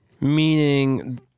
Meaning